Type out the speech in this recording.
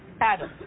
Adam